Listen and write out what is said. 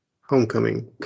Homecoming